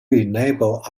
enable